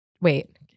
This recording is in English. wait